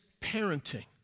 parenting